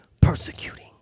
persecuting